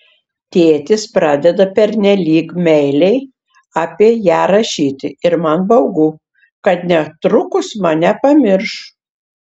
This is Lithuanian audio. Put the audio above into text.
tėtis pradeda pernelyg meiliai apie ją rašyti ir man baugu kad netrukus mane pamirš